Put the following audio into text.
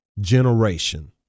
generation